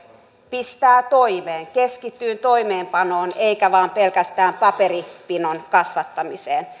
pistää toimeen keskittyy toimeenpanoon eikä vain pelkästään paperipinon kasvattamiseen